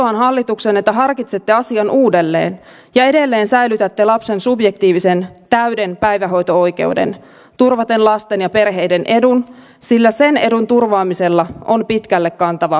vetoan hallitukseen että harkitsette asian uudelleen ja edelleen säilytätte lapsen subjektiivisen täyden päivähoito oikeuden turvaten lasten ja perheiden edun sillä sen edun turvaamisella on pitkälle kantava